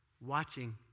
watching